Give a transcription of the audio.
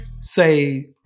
say